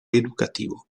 educativo